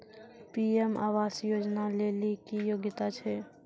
PM आवास योजना लेली की योग्यता छै?